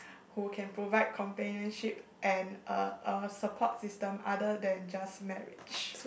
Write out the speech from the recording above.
who can provide companionship and a a support system other than just marriage